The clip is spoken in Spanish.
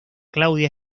claudia